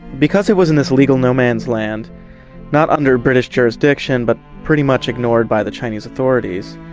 because it was in this legal no-man's-land not under british jurisdiction, but pretty much ignored by the chinese authorities,